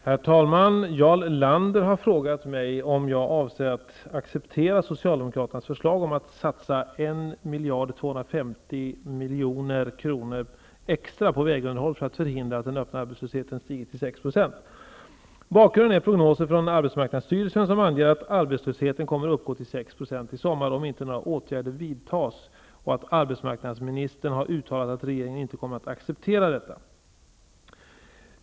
Herr talman! Jarl Lander har frågat mig om jag avser att acceptera Socialdemokraternas förslag om att satsa 1 250 milj.kr. extra på vägunderhåll för att förhindra att den öppna arbetslösheten stiger till Bakgrunden är prognoser från AMS som anger att arbetslösheten kommer att uppgå till 6 % i sommar om inte några åtgärder vidtas och att arbetsmarknadsministern har uttalat att regeringen inte kommer att acceptera detta.